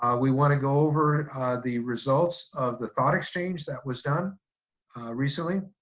we wanna go over the results of the thought exchange that was done recently.